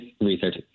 research